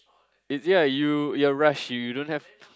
is it are you you are rashie you don't have